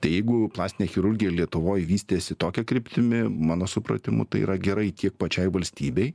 tai jeigu plastinė chirurgija lietuvoj vystėsi tokia kryptimi mano supratimu tai yra gerai tiek pačiai valstybei